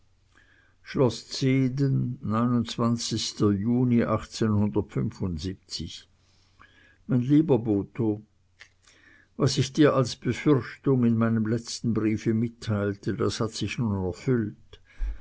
schloß zehden juni mein lieber botho was ich dir als befürchtung in meinem letzten briefe mitteilte das hat sich nun erfüllt